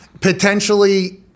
potentially